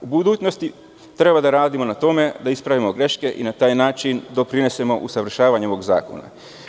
U budućnosti treba da radimo na tome da ispravimo greške i na taj način doprinesemo u savršavanju ovog zakona.